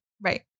Right